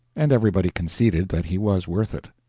and everybody conceded that he was worth it.